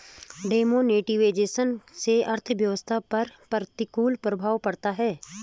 demonetisation से अर्थव्यवस्था पर प्रतिकूल प्रभाव पड़ता है